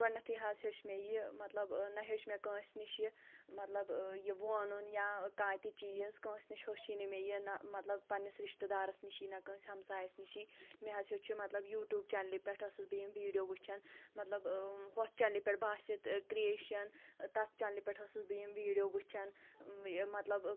گۄڈنیٚتھٕے حظ ہیوٚچھ مےٚ یہِ مطلب نہ ہیوٚچھ مےٚ کٲنٛسہِ نِش یہِ مطلب یہِ وونُن یا کانٛہہ تہِ چیٖز کٲنٛسہِ نِش ہِیوٚچھے نہٕ مےٚ یہِ نَہ مطلب پننِس رِشتہٕ دارس نِشی نہ کٲنٛسہِ ہمسایَس نِشی مےٚ حظ ہیوٚچھ مطلب یوٗٹیوٗب چنلہِ پؠٹھ ٲسٕس بہٕ یِم ویٖڈیو وٕچھان مطلب ہۄتھ چنلہِ پؠٹھ باسِط کرٛییشَن تتھ چنلہِ پؠٹھ ٲسٕس بہٕ یِم ویٖڈیو وٕچھان مطلب کِتھ